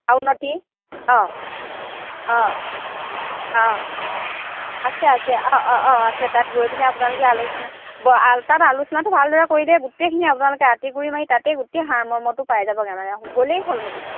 আউনীআটী অঁ অঁ অঁ আছে আছে অঁ অঁ অঁ আছে তাত গৈ পিনি আপোনালোকে আলোচনা তাত আলোচনাটো ভালদৰে কৰিলে গোটেইখিনি আপোনালোকে আঁতিগুৰি মাৰি তাতে গোটেই সাৰমৰ্মটো পাই যাবগৈ মানে গ'লেই হ'ল মুঠতে